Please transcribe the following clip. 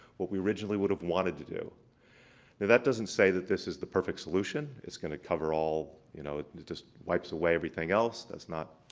what we originally would've wanted to do. now that doesn't say that this is the perfect solution, it's going to cover all, you know, it just wipes away everything else. that's not,